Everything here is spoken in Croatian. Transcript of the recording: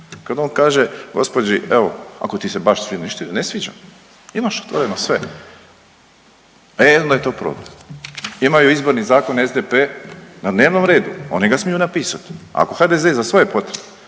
kad on kaže gospođi evo ako ti se baš nešto ne sviđa imaš otvoreno sve, e onda je to problem. Imaju izborni zakon SDP na dnevnom redu oni ga smiju napisat, ako HDZ za svoje potrebe